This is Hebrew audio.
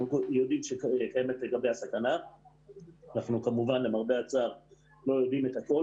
יודעים שקיימת לגביה סכנה - למרבה הצער אנחנו לא יודעים את הכול